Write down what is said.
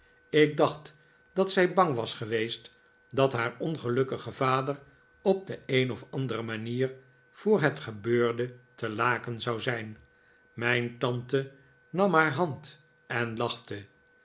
ik dacht dat zij bang was geweest dat haar ongelukkige vader op de een of andere manier voor het gebeurde te laken zou zijn mijn tante nam haar hand en lachte